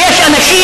כי יש אנשים,